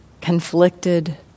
conflicted